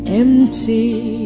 empty